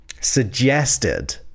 suggested